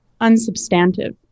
unsubstantive